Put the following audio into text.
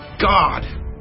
God